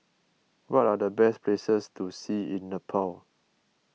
what are the best places to see in Nepal